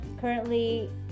currently